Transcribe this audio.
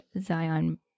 Zion